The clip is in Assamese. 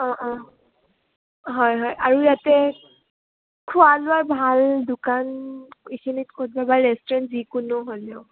অঁ অঁ হয় হয় আৰু ইয়াতে খোৱা লোৱাৰ ভাল দোকান এইখিনিত কোনোবা ৰেষ্টুৰেণ্ট যিকোনো হ'লেও